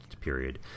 period